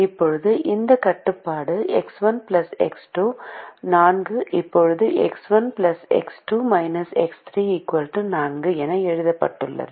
இப்போது இந்த கட்டுப்பாடு X1 X2 4 இப்போது X1 X2 X3 4 என எழுதப்பட்டுள்ளது